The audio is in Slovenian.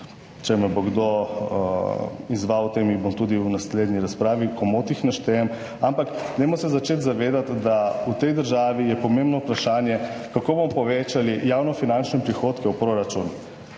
če me bo kdo izzval o tem, jih bom tudi v naslednji razpravi, komot jih naštejem, ampak dajmo se začeti zavedati, da v tej državi je pomembno vprašanje, kako bomo povečali javnofinančne prihodke v proračun,